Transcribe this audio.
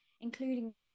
including